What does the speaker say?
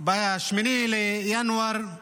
ב-8 בינואר הוא